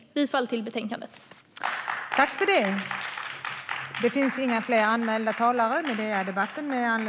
Jag yrkar bifall till utskottets förslag.